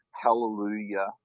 hallelujah